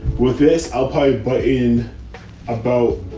with this, i'll probably buy in about